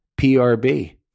PRB